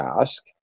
ask